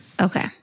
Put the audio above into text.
Okay